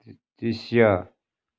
दृश्य